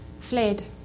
fled